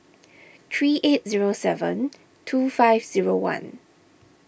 three eight zero seven two five zero one